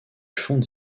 fonds